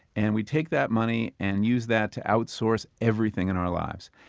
and we take that money and use that to outsource everything in our lives.